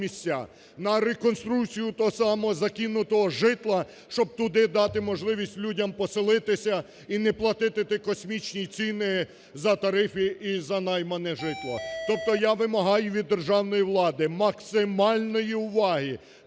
того самого закинутого житла, щоб туди дати можливість людям поселитися і не платити ті космічні ціни за тарифи і за наймане житло. Тобто я вимагаю від державної влади максимальної уваги